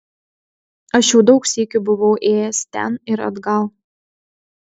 aš jau daug sykių buvau ėjęs ten ir atgal